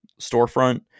storefront